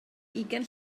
ugain